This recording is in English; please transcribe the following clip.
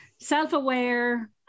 self-aware